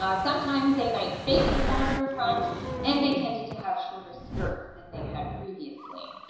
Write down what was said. ah sometimes they might fake a stomacher front and they tended to have shorter skirts than they had previously.